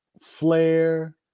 Flair